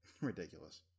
Ridiculous